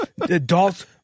Adults